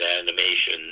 animation